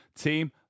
Team